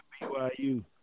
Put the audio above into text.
BYU